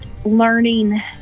Learning